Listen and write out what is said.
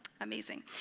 amazing